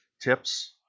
tips